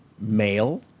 Male